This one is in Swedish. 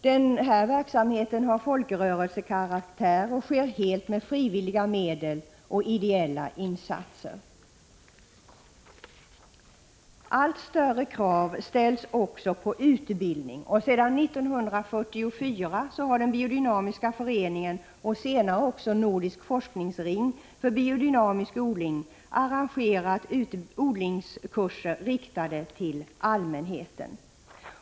Denna verksamhet har folkrörelsekaraktär och sker helt med frivilliga medel och ideella insatser. Allt större krav ställs också på utbildning. Sedan 1944 har Biodynamiska föreningen och senare även Nordisk forskningsring för biodynamisk odling arrangerat odlingskurser riktade till allmänheten.